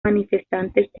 manifestantes